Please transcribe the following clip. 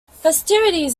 festivities